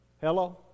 Hello